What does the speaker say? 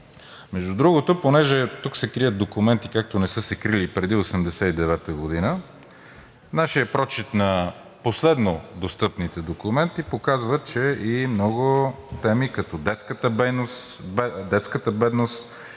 Между другото, понеже тук се крият документи, както не са се крили преди 1989 г., нашият прочит на последно достъпните документи показва, че и много теми, като детската бедност,